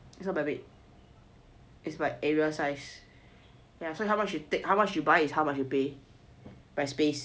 it's not by weight it's by area size so how much you take how much you buy is how much you pay by space